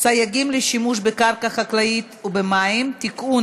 (סייגים לשימוש בקרקע חקלאית ובמים) (תיקון,